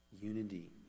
unity